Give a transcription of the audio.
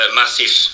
massive